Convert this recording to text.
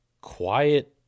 quiet